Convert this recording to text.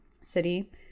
city